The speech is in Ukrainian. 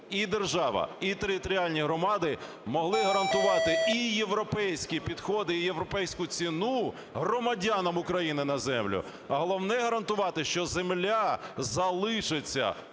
і держава, і територіальні громади могли гарантувати і європейські підходи, і європейську ціну громадянам України на землю. А головне – гарантувати, що земля залишиться